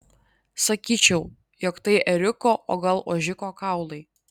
sakyčiau jog tai ėriuko o gal ožiuko kaulai